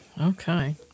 Okay